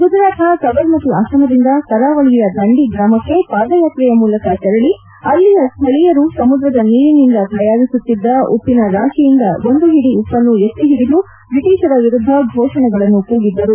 ಗುಜರಾತ್ನ ಸಬರಮತಿ ಆಶ್ರಮದಿಂದ ಕರಾವಳಿಯ ದಂಡಿ ಗ್ರಾಮಕ್ಷೆ ಪಾದಯಾತ್ರೆಯ ಮೂಲಕ ತೆರಳಿ ಅಲ್ಲಿಯ ಶ್ವೀಯರು ಸಮುದ್ರದ ನೀರಿನಿಂದ ತಯಾರಿಸುತ್ತಿದ್ದ ಉಪ್ಪಿನ ರಾತಿಯಿಂದ ಒಂದು ಹಿಡಿ ಉಪ್ಪನ್ನು ಎತ್ತಿ ಹಿಡಿದು ಬ್ರಿಟಿಷರ ವಿರುದ್ದ ಘೋಷಣೆಗಳನ್ನು ಕೂಗಿದ್ದರು